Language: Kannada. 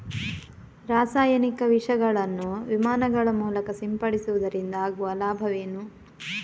ರಾಸಾಯನಿಕ ವಿಷಗಳನ್ನು ವಿಮಾನಗಳ ಮೂಲಕ ಸಿಂಪಡಿಸುವುದರಿಂದ ಆಗುವ ಲಾಭವೇನು?